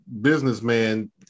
businessman